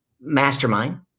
mastermind